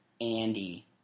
andy